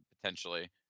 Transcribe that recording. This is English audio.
potentially